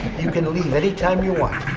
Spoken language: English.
you can leave anytime you want,